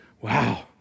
wow